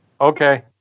Okay